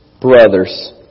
brothers